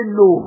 no